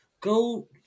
go